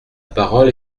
parole